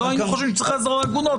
אם לא היינו חושבים שצריך לעזור לעגונות,